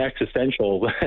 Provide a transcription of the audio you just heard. existential